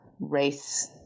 Race